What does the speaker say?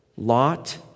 Lot